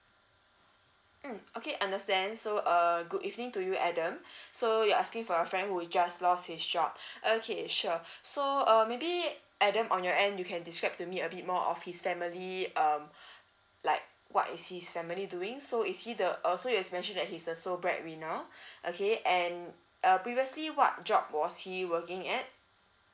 mm okay understand so uh good evening to you adam so you're asking for your friend who just lost his job okay sure so uh maybe adam on your end you can describe to me a bit more of his family um like what is his family doing so is he the uh so you have mentioned that he's the sole okay and uh previously what job was he working at